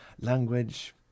language